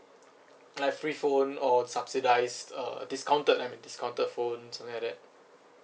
like free phone or subsidised uh discounted I mean discounted phones like that